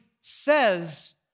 says